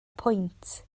pwynt